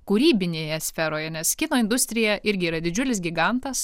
kūrybinėje sferoje nes kino industrija irgi yra didžiulis gigantas